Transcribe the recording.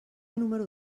número